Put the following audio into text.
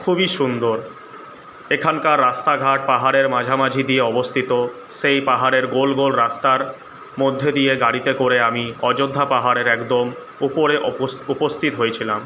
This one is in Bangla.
খুবই সুন্দর এখানকার রাস্তাঘাট পাহাড়ের মাঝামাঝি দিয়ে অবস্থিত সেই পাহাড়ের গোল গোল রাস্তার মধ্যে দিয়ে গাড়িতে করে আমি অযোধ্যা পাহাড়ের একদম উপরে উপস্থিত হয়েছিলাম